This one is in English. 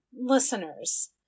Listeners